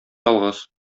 ялгыз